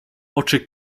oczy